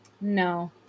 No